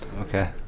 Okay